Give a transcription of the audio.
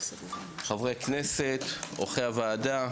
חברי הכנסת, אורחי הוועדה,